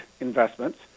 investments